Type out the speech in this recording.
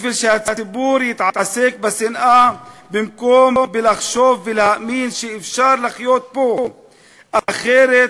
בשביל שהציבור יתעסק בשנאה במקום בלחשוב ולהאמין שאפשר לחיות פה אחרת,